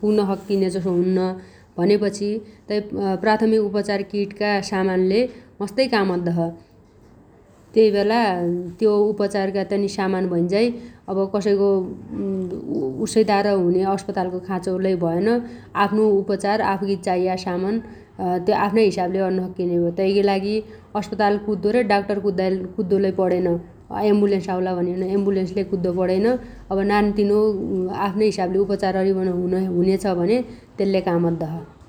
पुग्न सक्किने जसो हुन्न भनेपछि तै प्राथमिक उपचार किटका सामानले मस्तै काम अद्दछ । तैबेला त्यो उपचारगा तनि सामान भैन्झाइ अब कसैगो उस्सैतार हुने अस्पतालगो खाचो लै भएइन । आफ्नो उपचार आफुइगी चाइया सामान त्यो आफ्नै हिसाबले अर्न सक्किने भ्यो । तैगीलागि अस्पताल कुद्दो रे डाक्टर कुद्दो लै पणेइन । एम्बुलेन्स आउला भनिबन एम्बुलेन्स लै कुद्दो पणेइन । अब नानो तिनो आफ्नो हिसाबले उपचार अरिबन हुनेछ भने तेल्ले काम अद्दोछ ।